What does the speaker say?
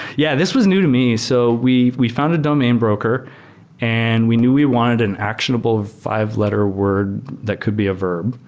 yeah. this was new to me. so we we found a domain broker and we knew we wanted an actionable fi ve-letter word that could be a verb.